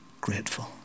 grateful